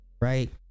right